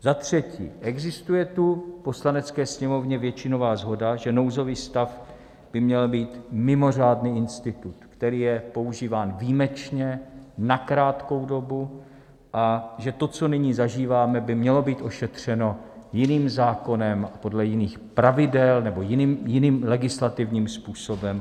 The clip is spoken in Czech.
Za třetí tu existuje v Poslanecké sněmovně většinová shoda, že nouzový stav by měl být mimořádný institut, který je používán výjimečně, na krátkou dobu, a že to, co nyní zažíváme, by mělo být ošetřeno jiným zákonem, podle jiných pravidel nebo jiným legislativním způsobem.